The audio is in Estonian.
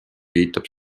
viitab